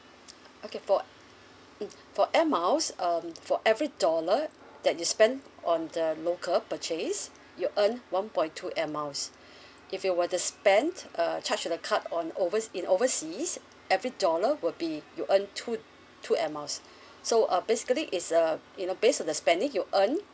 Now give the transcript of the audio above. okay for uh um for air miles um for every dollar that you spend on the local purchase you earn one point two air miles if you were to spend err charge to the card on over~ in overseas every dollar will be you earn two two air miles so uh basically it's uh you know based on the spending you earn